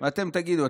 ואתם תענו.